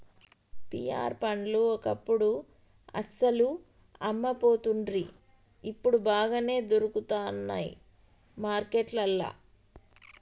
pear పండ్లు ఒకప్పుడు అస్సలు అమ్మపోతుండ్రి ఇప్పుడు బాగానే దొరుకుతానయ్ మార్కెట్లల్లా